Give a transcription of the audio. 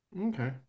Okay